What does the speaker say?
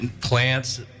Plants